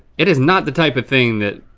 it is not the type of thing that,